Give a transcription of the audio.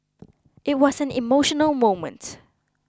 it was an emotional moment